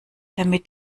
damit